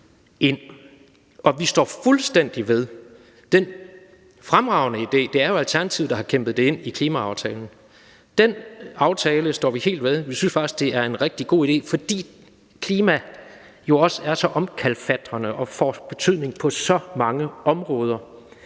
og vi står fuldstændig ved den fremragende idé om et klimaborgerting – det er jo Alternativet, der har kæmpet for at få det med i klimaaftalen, og den aftale står vi helt ved. Vi synes faktisk, det er en rigtig god idé, fordi klimaproblematikken er så omkalfatrende og får betydning på så mange områder,